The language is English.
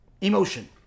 emotion